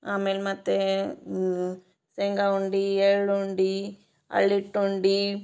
ಆಮೇಲೆ ಮತ್ತೆ ಶೇಂಗ ಉಂಡೆ ಎಳ್ಳು ಉಂಡೆ ಅರ್ಳಿಟ್ಟು ಉಂಡೆ